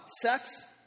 sex